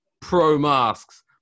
pro-masks